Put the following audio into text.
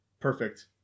perfect